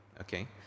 okay